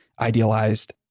idealized